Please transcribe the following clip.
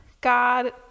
God